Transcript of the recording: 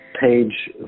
page